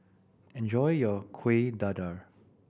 enjoy your Kuih Dadar